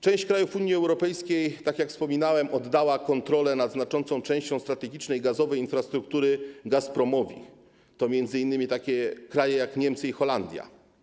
Część krajów Unii Europejskiej, tak jak wspominałem, oddała kontrolę nad znaczącą częścią strategicznej gazowej infrastruktury Gazpromowi, m.in. takie kraje jak Niemcy i Holandia.